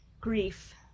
grief